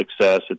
success